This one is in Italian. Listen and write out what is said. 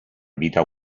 vita